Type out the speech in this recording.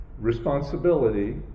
responsibility